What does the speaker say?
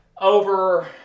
over